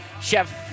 Chef